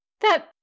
That-